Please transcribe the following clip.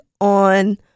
on